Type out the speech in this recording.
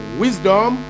wisdom